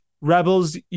rebels